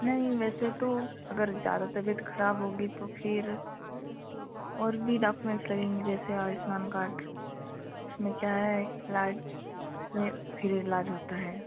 नहीं वैसे तो अगर ज़्यादा तबियत खराब होगी तो फिर और भी डाॅक्यूमेंट्स लगेंगे जैसे आयुष्मान कार्ड उसमें क्या है इलाज में फिर इलाज होता है